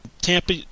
Tampa